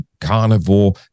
carnivore